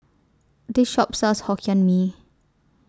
This Shop sells Hokkien Mee